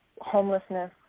homelessness